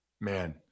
Man